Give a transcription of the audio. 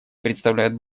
представляют